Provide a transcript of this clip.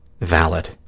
valid